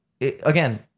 again